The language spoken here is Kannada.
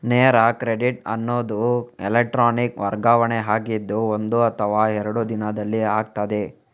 ನೇರ ಕ್ರೆಡಿಟ್ ಅನ್ನುದು ಎಲೆಕ್ಟ್ರಾನಿಕ್ ವರ್ಗಾವಣೆ ಆಗಿದ್ದು ಒಂದು ಅಥವಾ ಎರಡು ದಿನದಲ್ಲಿ ಆಗ್ತದೆ